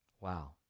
Wow